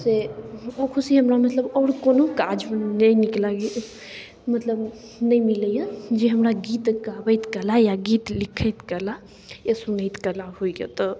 से ओ खुशी हमरा मतलब आओर कोनो काजमे नहि निक लागैए मतलब नहि मिलैए जे हमरा गीत गाबैत कला या गीत लिखैत कला या सुनैत कला होइए तऽ